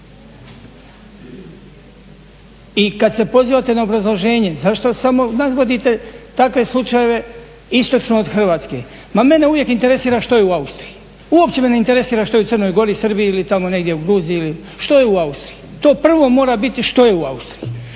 I kad se pozivate na obrazloženje, zašto samo navodite takve slučajeve istočno od Hrvatske? Ma mene uvijek interesira što je u Austriji? Uopće me ne interesira što je u Crnoj gori, Srbiji ili tamo negdje u Gruziji? Što je u Austriji, to prvo mora biti, što je u Austriji?